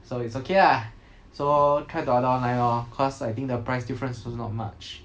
so it's okay lah so try to order online lor cause I think the price difference also not much